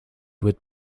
would